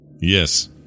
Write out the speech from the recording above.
yes